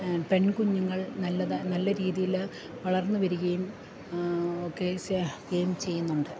പെൺകുഞ്ഞുങ്ങൾ നല്ല രീതിയില് വളർന്നുവരികയും ഒക്കെ ചെയ്യുന്നുണ്ട്